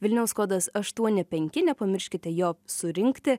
vilniaus kodas aštuoni penki nepamirškite jo surinkti